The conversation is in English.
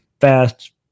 fast